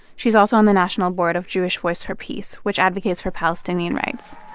she's also on the national board of jewish voice for peace, which advocates for palestinian rights.